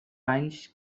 anys